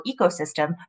ecosystem